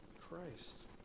Christ